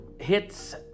hits